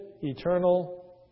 eternal